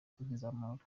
kwizamura